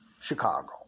Chicago